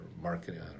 marketing